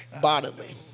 bodily